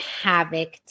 Havoc